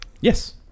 Yes